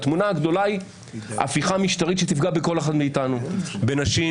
התמונה הגדולה היא הפיכה משטרית שתפגע בכל אחד מאיתנו - בנשים,